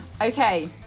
okay